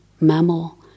mammal